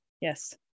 Yes